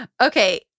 Okay